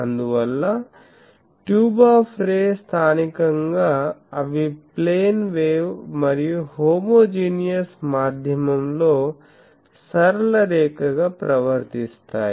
అందువల్ల tube of ray స్థానికంగా అవి ప్లేన్ వేవ్ మరియు హోమోజీనియస్ మాధ్యమం లో సరళ రేఖగా ప్రవర్తిస్తాయి